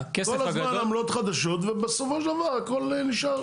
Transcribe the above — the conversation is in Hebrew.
כל הזמן עמלות חדשות ובסופו של דבר הכל נשאר.